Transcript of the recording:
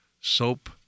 soap